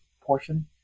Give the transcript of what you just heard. portion